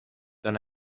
done